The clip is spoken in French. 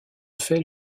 fait